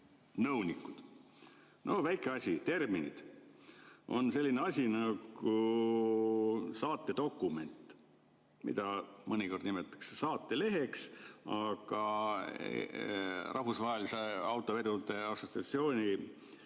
nõunikud. Väike asi, terminid. On selline asi nagu saatedokument, mida mõnikord nimetatakse saateleheks, aga rahvusvaheliste autovedude assotsiatsiooni